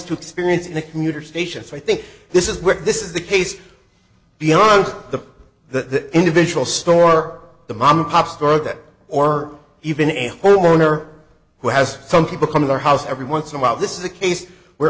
to experience in a commuter station so i think this is where this is the case beyond the the individual stork the mom and pop store that or even a homeowner who has some people come to their house every once and while this is a case where